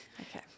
Okay